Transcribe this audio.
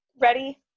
ready